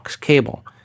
cable